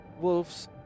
Wolves